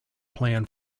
plan